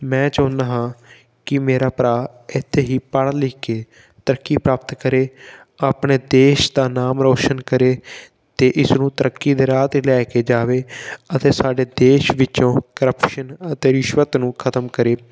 ਮੈਂ ਚਾਹੁੰਦਾ ਹਾਂ ਕਿ ਮੇਰਾ ਭਰਾ ਇੱਥੇ ਹੀ ਪੜ੍ਹ ਲਿਖ ਕੇ ਤਰੱਕੀ ਪ੍ਰਾਪਤ ਕਰੇ ਆਪਣੇ ਦੇਸ਼ ਦਾ ਨਾਮ ਰੌਸ਼ਨ ਕਰੇ ਅਤੇ ਇਸ ਨੂੰ ਤਰੱਕੀ ਦੇ ਰਾਹ 'ਤੇ ਲੈ ਕੇ ਜਾਵੇ ਅਤੇ ਸਾਡੇ ਦੇਸ਼ ਵਿੱਚੋਂ ਕ੍ਰਪਸ਼ਨ ਅਤੇ ਰਿਸ਼ਵਤ ਨੂੰ ਖਤਮ ਕਰੇ